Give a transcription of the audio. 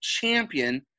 champion